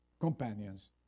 companions